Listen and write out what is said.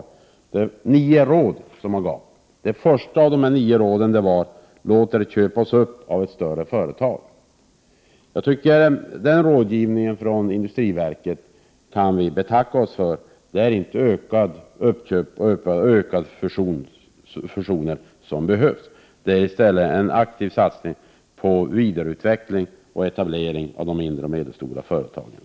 Man ger nio råd, varav det första lyder: Låt er köpas upp av ett större företag. Vi kan betacka oss för rådgivning från industriverket. Det är inte ökade fusioner som behövs, utan i stället en aktiv satsning på vidareutveckling och etablering av de mindre och medelstora företagen.